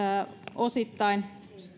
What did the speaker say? osittain